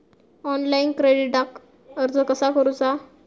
Online क्रेडिटाक अर्ज कसा करुचा?